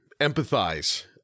empathize